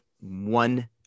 one